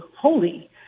holy